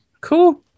cool